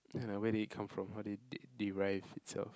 ya like where did it come from how did it derive it itself